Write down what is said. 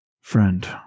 friend